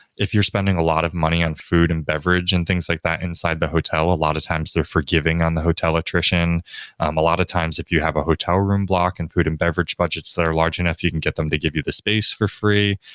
if you're spending a lot of money on food and beverage and things like that inside the hotel, a lot of times they're forgiving on the hotel attrition um a lot of times if you have a hotel room block and food and beverage budgets that are large enough so you can get them to give you the space for free.